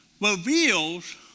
reveals